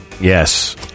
Yes